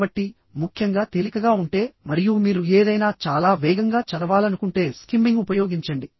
కాబట్టి ముఖ్యంగా తేలికగా ఉంటే మరియు మీరు ఏదైనా చాలా వేగంగా చదవాలనుకుంటే స్కిమ్మింగ్ ఉపయోగించండి